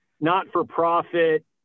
not-for-profit